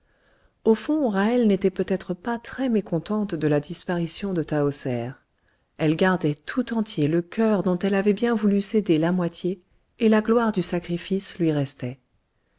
au fond ra'hel n'était peut-être pas très mécontente de la disparition de tahoser elle gardait tout entier le cœur dont elle avait bien voulu céder la moitié et la gloire du sacrifice lui restait